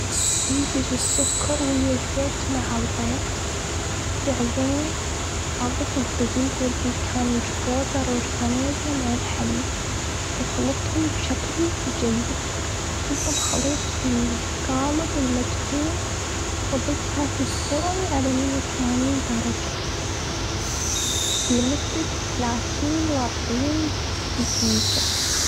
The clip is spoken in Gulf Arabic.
أمزج السكر ويا الزيت مع البيض. بعدين أضف الدقيق والبيكنج بودر والفانيليا مع الحليب، واخلطهم بشكل جيد، وصب الخليط في الجالب المدهون. خبزها في الفرن على ماية وتمانين درجة لمدة تلاتين ل أربعين دجيجة.